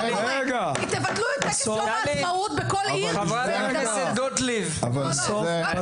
לא קורה! תבטלו את טקס יום העצמאות בכל עיר --- אבל אתם